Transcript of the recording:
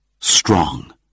strong